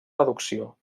reducció